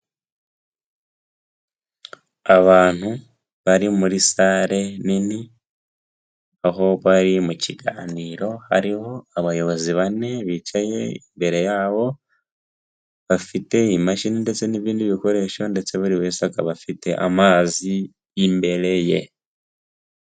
Abantu bari muri sale nini aho bari mu kiganiro hariho abayobozi bane bicaye imbere yabo bafite imashini ndetse n'ibindi bikoresho ndetse buri wese akaba afite amazi imbere ye.